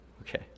Okay